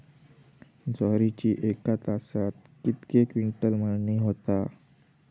ज्वारीची एका तासात कितके क्विंटल मळणी होता?